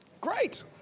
great